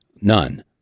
None